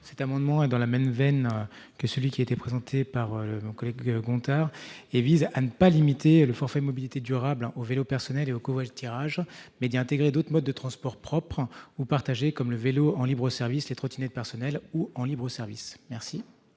Cet amendement est dans la même veine que celui qui vient d'être évoqué, il vise à ne pas limiter le forfait mobilités durables au vélo personnel et au covoiturage, et donc à y intégrer d'autres modes de transport propres ou partagés, comme le vélo en libre-service et les trottinettes personnelles ou en libre-service.